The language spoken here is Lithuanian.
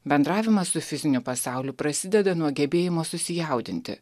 bendravimas su fiziniu pasauliu prasideda nuo gebėjimo susijaudinti